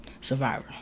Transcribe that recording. survivor